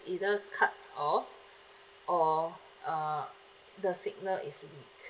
either cut off or uh the signal is weak